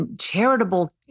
charitable